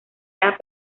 las